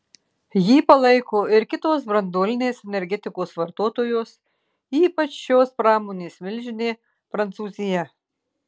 jį palaiko ir kitos branduolinės energetikos vartotojos ypač šios pramonės milžinė prancūzija